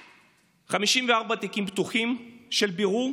54 תיקים פתוחים של בירור,